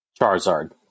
Charizard